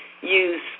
use